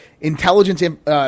intelligence